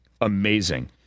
amazing